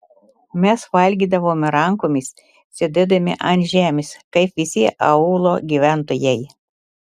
mes valgydavome rankomis sėdėdami ant žemės kaip visi aūlo gyventojai